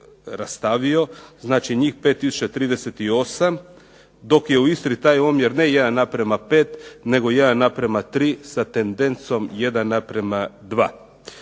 rastavio. Znači, njih 5038 dok je u Istri taj omjer ne 1:5, nego 1:3 sa tendencijom 1:2.